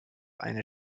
eine